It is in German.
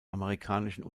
amerikanischen